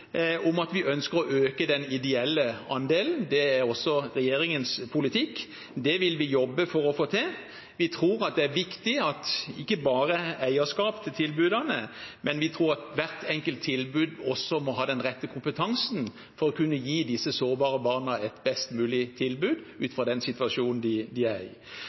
om å øke den ideelle andelen. Det er også regjeringens politikk. Det vil vi jobbe for å få til. Vi tror det er viktig ikke bare med eierskapet til tilbudene, men at hvert enkelt tilbud også må ha den rette kompetansen for å kunne gi disse sårbare barna et best mulig tilbud ut fra den situasjonen de er i.